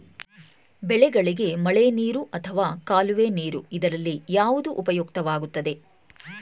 ಬೆಳೆಗಳಿಗೆ ಮಳೆನೀರು ಅಥವಾ ಕಾಲುವೆ ನೀರು ಇದರಲ್ಲಿ ಯಾವುದು ಉಪಯುಕ್ತವಾಗುತ್ತದೆ?